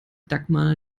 dagmar